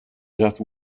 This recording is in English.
just